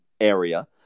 area